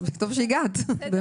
טוב שהגעת.